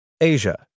Asia